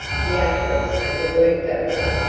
the utterance of the word ghost,